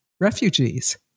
refugees